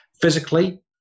Physically